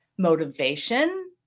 motivation